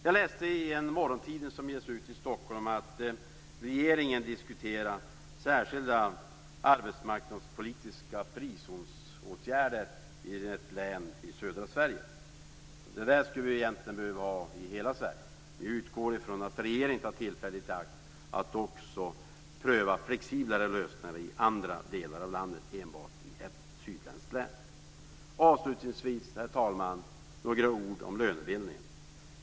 Jag läste i en morgontidning som ges ut i Stockholm att regeringen diskuterar särskilda arbetsmarknadspolitiska frizonsåtgärder i ett län i södra Sverige. Det skulle vi egentligen behöva ha i hela Sverige. Jag utgår från att regeringen tar tillfället i akt att också pröva flexiblare lösningar i andra delar av landet och inte enbart i ett län i södra Sverige. Avslutningsvis, herr talman, vill jag säga några ord om lönebildningen.